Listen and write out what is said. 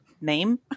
name